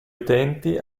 utenti